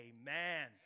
amen